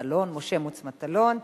משה מוץ מטלון,